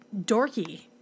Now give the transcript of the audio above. dorky